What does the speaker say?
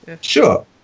Sure